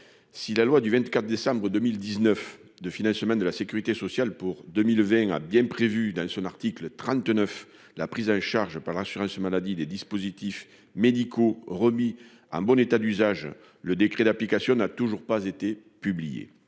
Si la loi du 24 décembre 2019 de financement de la sécurité sociale pour 2020 a bien prévu, dans son article 39, la prise en charge par l'assurance maladie des dispositifs médicaux remis en bon état d'usage, le décret d'application n'a toujours pas été publié.